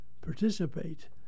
participate